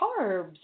carbs